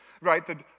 Right